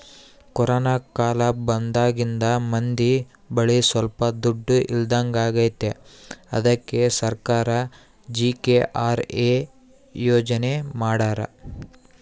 corona ಕಾಲ ಬಂದಾಗಿಂದ ಮಂದಿ ಬಳಿ ಸೊಲ್ಪ ದುಡ್ಡು ಇಲ್ದಂಗಾಗೈತಿ ಅದ್ಕೆ ಸರ್ಕಾರ ಜಿ.ಕೆ.ಆರ್.ಎ ಯೋಜನೆ ಮಾಡಾರ